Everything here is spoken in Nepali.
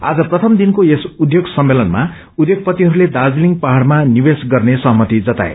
आज प्रथम दिनको यस उध्योग सममेलनमा उध्योगपतिहस्ते दार्जीलिङ पहाइमा निवेश गर्ने सहमति जनाए